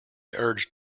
urged